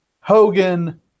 Hogan